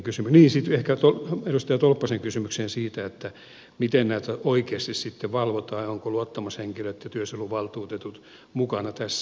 niin sitten ehkä edustaja tolppasen kysymykseen siitä miten näitä oikeasti sitten valvotaan ja ovatko luottamushenkilöt ja työsuojeluvaltuutetut mukana tässä